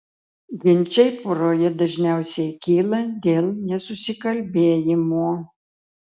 ginčai poroje dažniausiai kyla dėl nesusikalbėjimo